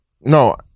No